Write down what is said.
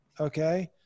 okay